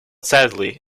sadly